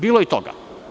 Bilo je i toga.